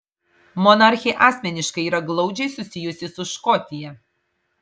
monarchė asmeniškai yra glaudžiai susijusi su škotija